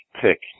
pick